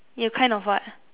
you kind of what